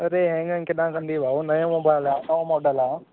अड़े हिननि खे न कंदी भाउ नओं मोबाइल आहे नओं मॉडल आहे